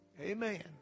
Amen